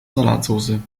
salatsoße